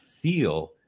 feel